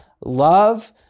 love